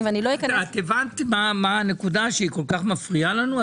את הבנת מה הנקודה שכל כך מפריעה לנו?